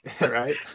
Right